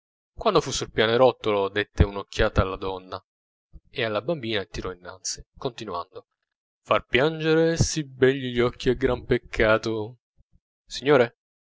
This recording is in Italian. quando fu sul pianerottolo dette una occhiata alla donna e alla bambina e tirò innanzi continuando far pianger sì begli occhi è gran peccato signore signore